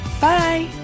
Bye